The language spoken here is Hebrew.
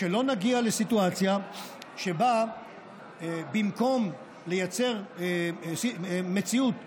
שלא נגיע לסיטואציה שבה במקום ליצור מציאות שבה,